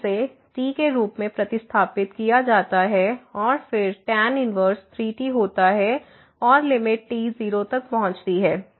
तो इसे t के रूप में प्रतिस्थापित किया जाता है और फिर tan 1 3t होता है और लिमिट t 0 तक पहुँचती है